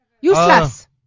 Useless